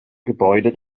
gebäude